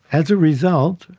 as a result,